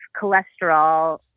cholesterol